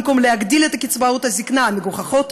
במקום להגדיל את קצבאות הזיקנה המגוחכות,